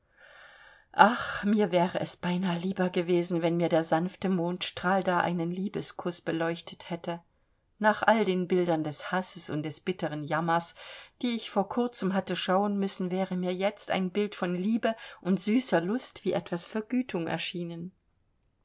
ach mir wäre es beinah lieber gewesen wenn mir der sanfte mondstrahl da einen liebeskuß beleuchtet hätte nach all den bildern des hasses und des bitteren jammers die ich vor kurzem hatte schauen müssen wäre mir jetzt ein bild von liebe und süßer lust wie etwas vergütung erschienen